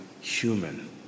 human